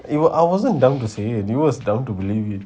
it will I wasn't dumb to say you was dumb to believe it